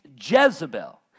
Jezebel